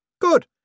Good